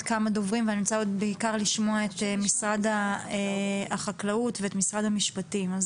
כמה דוברים ואני רוצה בעיקר לשמוע את משרד החקלאות ואת משרד המשפטים.